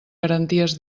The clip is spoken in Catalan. garanties